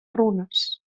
runes